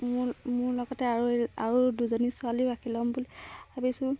মোৰ মোৰ লগতে আৰু দুজনী ছোৱালীও ৰাখি ল'ম বুলি ভাবিছোঁ